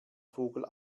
vogel